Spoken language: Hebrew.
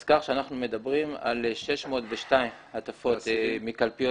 אז כך שאנחנו מדברים על 602 מעטפות מקלפיות